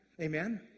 Amen